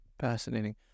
Fascinating